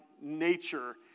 nature